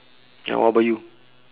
ya what about you